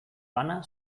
bana